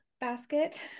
Basket